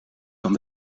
van